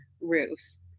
roofs